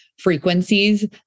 frequencies